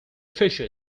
feature